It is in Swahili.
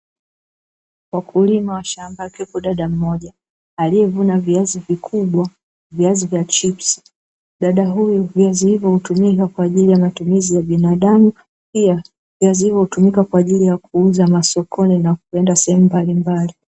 Wakulima wa shamba akiwepo dada mmoja aliyevuna viazi vikubwa, viazi vya chipsi, dada huyu viazi hivyo hutumika kwa ajili ya matumizi ya binadamu pia viazi hivyo hutumika kwa ajili ya kuuza masokoni na kwenda sehemu mbalimbali.